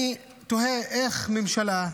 אני תוהה איך ממשלה,